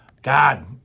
God